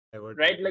Right